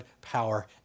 power